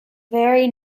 very